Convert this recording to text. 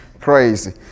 crazy